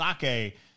Sake